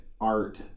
art